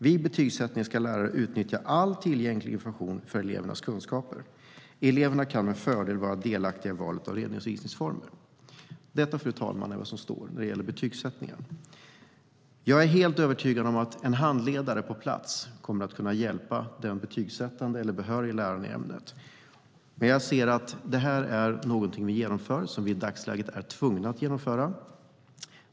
Vid betygssättningen ska läraren utnyttja all tillgänglig information om elevens kunskaper. Eleverna kan med fördel vara delaktiga i valet av redovisningsformer. "Detta är vad som står när det gäller betygssättningen, fru talman. Jag är helt övertygad om att en handledare på plats kommer att kunna hjälpa den betygssättande eller behöriga läraren i ämnet. Jag ser dock det här som någonting vi genomför därför att vi i dagsläget är tvungna.